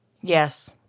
Yes